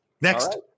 Next